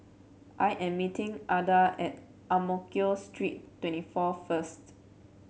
I am meeting Adah at Ang Mo Kio Street twenty four first